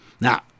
Now